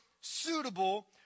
suitable